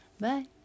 Bye